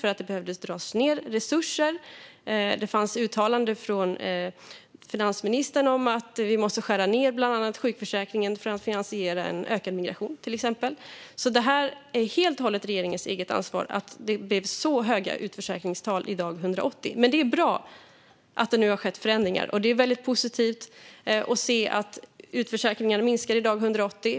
Man behövde minska resurserna. Finansministern gjorde uttalanden om att vi måste skära ned på bland annat sjukförsäkringen för att finansiera till exempel en ökad migration. Det är helt och hållet regeringens eget ansvar att utförsäkringstalen blev så höga vid dag 180. Det är dock bra att det nu har skett förändringar, och det är väldigt positivt att se att utförsäkringarna i dag minskar vid dag 180.